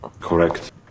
Correct